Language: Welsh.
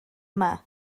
yma